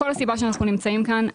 כל הסיבה שאנחנו נמצאים כאן,